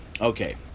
Okay